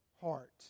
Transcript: heart